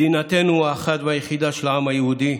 מדינתו האחת והיחידה של העם היהודי,